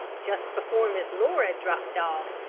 just before miss laura dropped off,